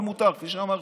כפי שאמרתי,